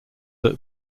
that